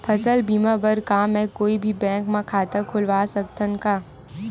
फसल बीमा बर का मैं कोई भी बैंक म खाता खोलवा सकथन का?